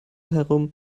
herum